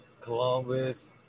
Columbus